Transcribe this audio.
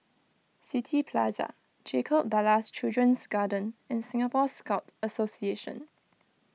City Plaza Jacob Ballas Children's Garden and Singapore Scout Association